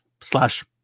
slash